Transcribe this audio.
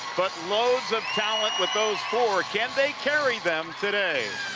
but loads of talent with those four. can they carry them today?